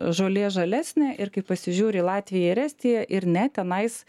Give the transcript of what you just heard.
žolė žalesnė ir kai pasižiūri į latviją ir estiją ir ne tenais